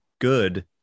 good